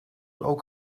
ook